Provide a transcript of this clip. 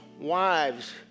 wives